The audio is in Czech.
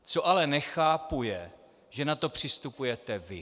Co ale nechápu, je, že na to přistupujete vy.